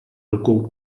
rukou